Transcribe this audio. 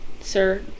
sir